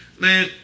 Man